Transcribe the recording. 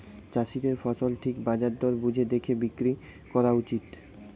চাষীদের ফসল ঠিক বাজার দর বুঝে দেখে বিক্রি কোরা উচিত